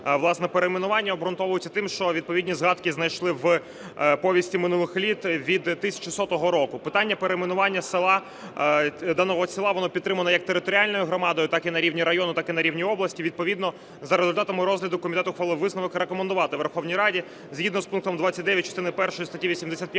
Власне, перейменування обґрунтовується тим, що відповідні згадки знайшли в "Повісті минулих літ" від 1100 року. Питання перейменування села, даного села, воно підтримано як територіальною громадою, так і на рівні району, так і на рівні області. Відповідно за результатами розгляду комітет ухвалив висновок: рекомендувати Верховній Раді, згідно з пунктом 29 частини першої статті 85